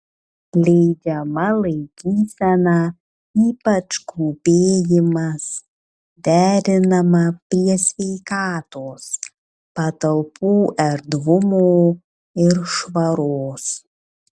leidžiama laikysena ypač klūpėjimas derinama prie sveikatos patalpų erdvumo ir švaros